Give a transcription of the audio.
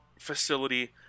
facility